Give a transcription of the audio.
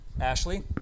Ashley